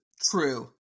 True